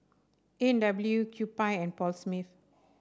A and W Kewpie and Paul Smith